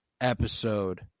episode